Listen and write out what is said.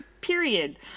Period